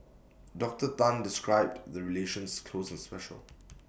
Doctor Tan described the relations close and special